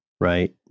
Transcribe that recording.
right